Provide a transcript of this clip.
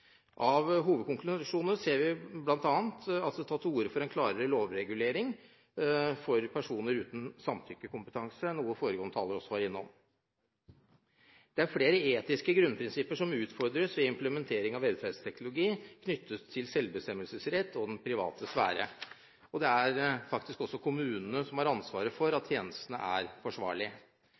Av hovedkonklusjonene ser vi bl.a. at det tas til orde for en klarere lovregulering for personer uten samtykkekompetanse, noe foregående taler også var innom. Det er flere etiske grunnprinsipper som utfordres ved implementering av velferdsteknologi knyttet til selvbestemmelsesrett og den private sfære, og det er faktisk også kommunene som har ansvaret for at tjenestene er